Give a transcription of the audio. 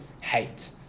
hate